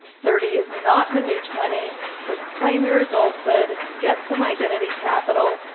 thirty is not the new twenty, so claim your adulthood, get some identity capital,